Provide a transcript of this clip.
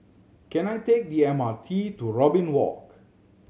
can I take the M R T to Robin Walk